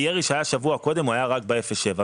הירי שהיה שבוע קודם היה רק באפס עד שבעה קילומטר.